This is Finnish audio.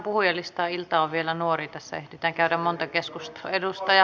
ilta on vielä nuori tässä ehditään käydä monta keskustelua